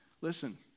listen